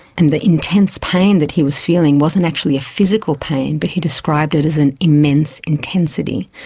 and the intense pain that he was feeling wasn't actually a physical pain but he described it as an immense intensity.